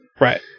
Right